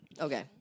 Okay